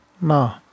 No